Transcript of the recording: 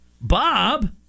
Bob